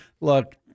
look